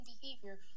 behavior